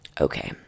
Okay